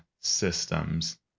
systems